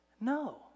No